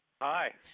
Hi